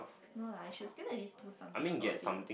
no lah I should still at least do something about it